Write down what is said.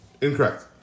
Incorrect